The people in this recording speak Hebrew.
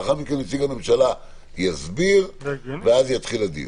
ולאחר מכן נציג הממשלה יסביר ואז יתחיל הדיון.